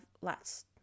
lots